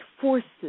forces